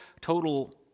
total